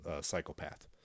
psychopath